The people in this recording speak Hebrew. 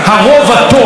מה זאת אומרת הרוב הטוב?